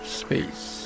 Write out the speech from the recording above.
space